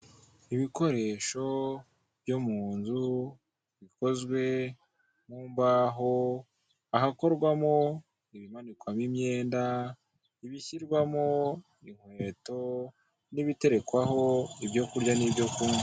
Aha ni ahantu rero bagufasha ku bintu bijyanye no kuvunja cyangwa kuvunjisha amafaranga. Nk'uko ubibona iki kiganza uri kubona n'icy'umudamu uri kuyamuha; nkurikije ukuntu mbibona ntago nabasha kubimenya, ariko ari gutanga amadolari yakira andi mafaranga.